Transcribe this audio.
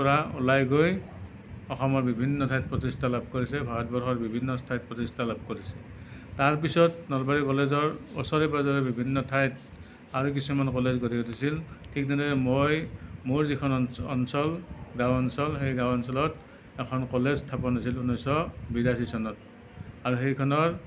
পৰা উলাই গৈ অসমৰ বিভিন্ন ঠাইত প্ৰতিষ্ঠা লাভ কৰিছে ভাৰতবৰ্ষৰ বিভিন্ন ঠাইত প্ৰতিষ্ঠা লাভ কৰিছে তাৰ পিছত নলবাৰী কলেজৰ ওচৰে পাজৰে বিভিন্ন ঠাইত আৰু কিছুমান কলেজ গঢ়ি উঠিছিল ঠিক তেনেদৰে মই মোৰ যিখন অ অঞ্চল গাঁও অঞ্চল সেই গাঁও অঞ্চলত এখন কলেজ স্থাপন হৈছিল ঊনৈছশ বিয়াশী চনত আৰু সেইখনৰ